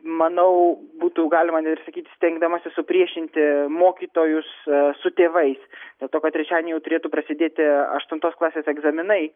manau būtų galima net ir sakyt stengdamasi supriešinti mokytojus su tėvais dėl to kad trečiadienį jau turėtų prasidėti aštuntos klasės egzaminai